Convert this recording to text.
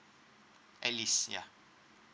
at least ya